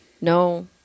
No